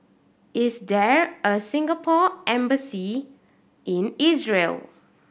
is there a Singapore Embassy in Israel